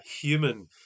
human